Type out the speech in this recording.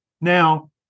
Now